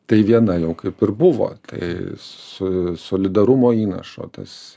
tai viena jau kaip ir buvo tai su solidarumo įnašo tas